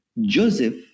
Joseph